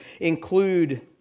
include